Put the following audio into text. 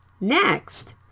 Next